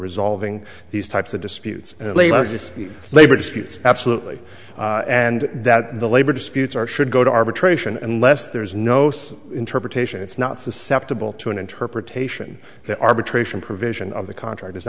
resolving these types of disputes if labor disputes absolutely and that the labor disputes are should go to arbitration and less there is no interpretation it's not susceptible to an interpretation the arbitration provision of the contract is